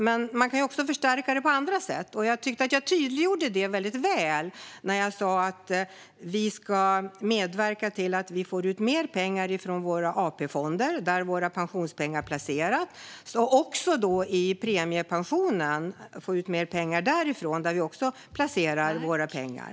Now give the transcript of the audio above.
Men man kan också förstärka det på andra sätt, och jag tyckte att jag tydliggjorde det väldigt väl när jag sa att vi ska medverka till att vi får ut mer pengar från våra AP-fonder, där våra pensionspengar placeras, och också får ut mer pengar från premiepensionen, där vi också placerar våra pengar.